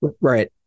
right